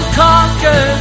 conquer